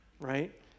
right